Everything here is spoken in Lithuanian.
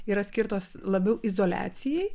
yra skirtos labiau izoliacijai